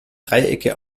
dreiecke